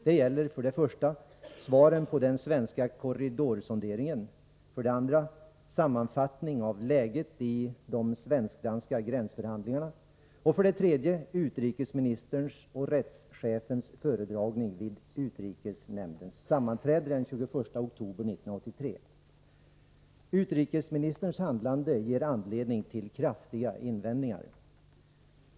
Det gäller 1. svaren på den svenska korridorsonderingen, Utrikesministerns handlande ger anledning till kraftiga invändningar.